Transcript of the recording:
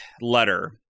letter